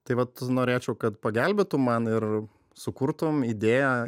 tai vat norėčiau kad pagelbėtum man ir sukurtum idėją